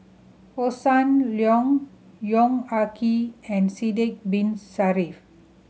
Hossan Leong Yong Ah Kee and Sidek Bin Saniff